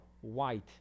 white